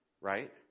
Right